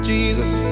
Jesus